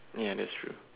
ya that's true